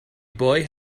boy